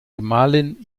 gemahlin